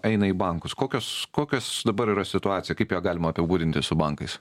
eina į bankus kokios kokios dabar yra situacija kaip ją galima apibūdinti su bankais